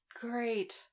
great